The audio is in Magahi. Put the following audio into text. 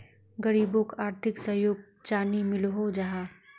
गरीबोक आर्थिक सहयोग चानी मिलोहो जाहा?